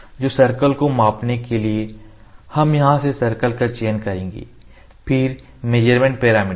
तो सर्कल को मापने के लिए हम यहां से सर्कल का चयन करेंगे फिर मेजरमेंट पैरामीटर